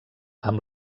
amb